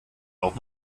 auch